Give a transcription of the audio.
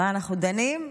במה אנחנו דנים?